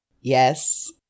Yes